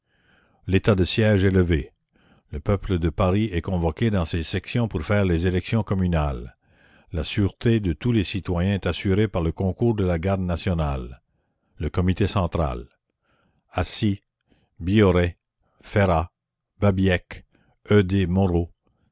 l'état de siège est levé le peuple de paris est convoqué dans ses sections pour faire les élections communales la sûreté de tous les citoyens est assurée par le concours de la garde nationale le comité central